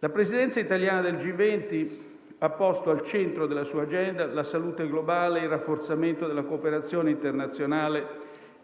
La Presidenza italiana del G20 ha posto al centro della sua agenda la salute globale e il rafforzamento della cooperazione internazionale